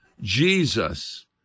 Jesus